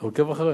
אתה עוקב אחרי?